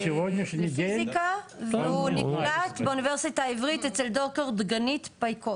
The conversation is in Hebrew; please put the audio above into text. (דבריו מתורגמים סימולטנית מרוסית לעברית ע"י ז'אנה טברסקי) לפיזיקה,